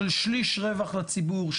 של שליש רווח לציבור,